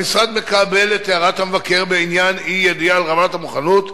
המשרד מקבל את הערת המבקר בעניין האי-ידיעה על רמת המוכנות,